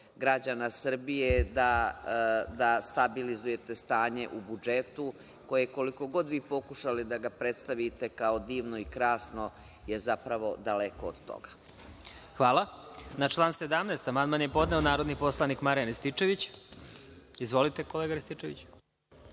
građana Srbije da stabilizujete stanje u budžetu, koje koliko god vi pokušali da ga predstavite kao divno i krasno, je zapravo daleko od toga. **Vladimir Marinković** Hvala. Na član 17. amandman je podneo narodni poslanik Marijan Rističević. Izvolite, kolega Rističeviću.